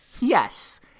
Yes